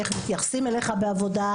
איך מתייחסים אליך בעבודה,